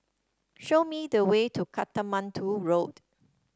show me the way to Katmandu Road